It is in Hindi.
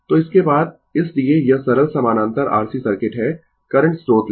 तो इसके बाद इसलिए यह सरल समानांतर R C सर्किट है करंट स्रोत ले